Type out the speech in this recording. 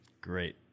great